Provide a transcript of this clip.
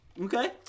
Okay